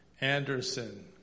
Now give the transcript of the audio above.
Anderson